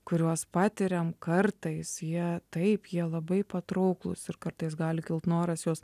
kuriuos patiriam kartais jie taip jie labai patrauklūs ir kartais gali kilt noras juos